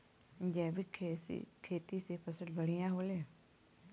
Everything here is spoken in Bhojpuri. जैविक खेती से फसल बढ़िया होले